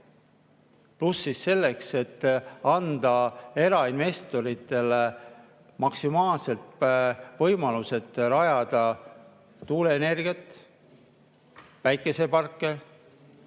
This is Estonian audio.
Pluss siis selleks, et anda erainvestoritele maksimaalselt võimalus rajada tuuleenergia- ja päikeseparke,